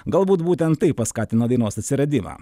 galbūt būtent tai paskatino dainos atsiradimą